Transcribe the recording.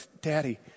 daddy